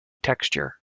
texture